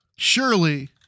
Surely